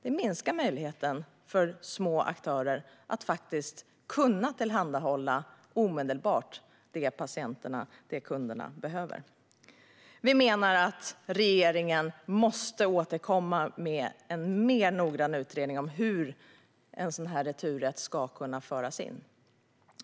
Det minskar möjligheten för små aktörer att omedelbart tillhandahålla det som patienterna och kunderna behöver. Vi menar att regeringen måste återkomma med en mer noggrann utredning av hur en sådan här returrätt ska kunna föras in.